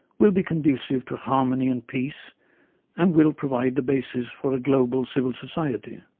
will be conducive to harmony and peace and will provide the basis for a global civil society.